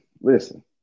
Listen